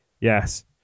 Yes